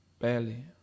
Barely